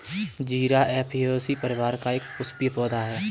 जीरा ऍपियेशी परिवार का एक पुष्पीय पौधा है